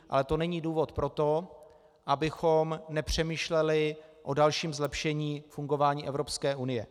Ale to není důvod pro to, abychom nepřemýšleli o dalším zlepšení fungování Evropské unie.